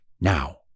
Now